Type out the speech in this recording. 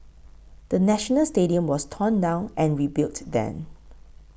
the National Stadium was torn down and rebuilt then